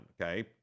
Okay